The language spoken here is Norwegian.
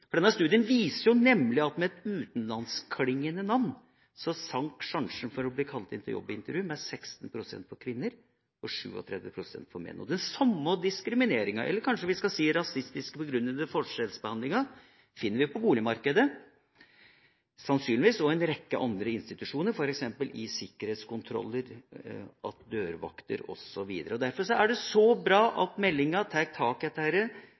forskjellsbehandling.» Denne studien viser nemlig at med et utenlandskklingende navn, sank sjansene for å bli kalt inn til et jobbintervju med 16 pst. for kvinner og 37 pst. for menn. Den samme diskrimineringa – eller kanskje vi skal si rasistisk begrunnede forskjellsbehandlinga – finner vi også på boligmarkedet og sannsynligvis også i en rekke andre institusjoner, f.eks. i sikkerhetskontroller, hos dørvakter osv. Derfor er det så bra at meldinga tar tak